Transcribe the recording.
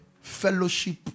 fellowship